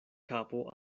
kapo